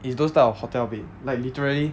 is those type of hotel bed like literally